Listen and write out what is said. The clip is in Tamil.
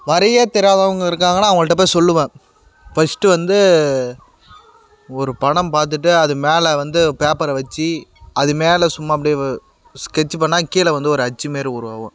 வரைய தெரியாதவங்க இருக்காங்கனால் அவங்கள்ட்ட போய் சொல்லுவேன் ஃபர்ஸ்ட்டு வந்து ஒரு படம் பார்த்துட்டு அது மேலே வந்து பேப்பரை வெச்சு அது மேலே சும்மா அப்படியே வ ஸ்கெட்ச்சி பண்ணிணா கீழே வந்து ஒரு அச்சு மாரி ஒருவாகும்